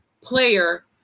player